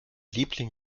liebling